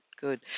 Good